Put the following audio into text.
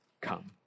come